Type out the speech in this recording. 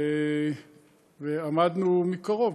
ועמדנו מקרוב,